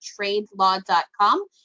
TradeLaw.com